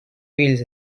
wheels